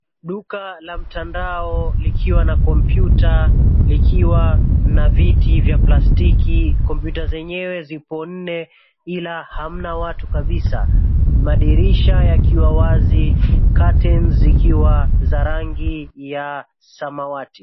Duka la mtandao likiwa na kompyuta likiwa na viti vya plastiki. Komyuta zenyewe zipo nne ila hamna watu kabisa. Madirisha yakiwa wazi, curtain zikiwa za rangi ya samawati.